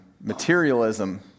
Materialism